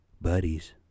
buddies